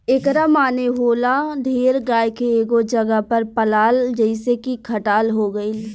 एकरा माने होला ढेर गाय के एगो जगह पर पलाल जइसे की खटाल हो गइल